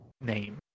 name